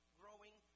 growing